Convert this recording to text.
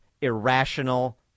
irrational